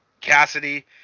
Cassidy